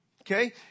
okay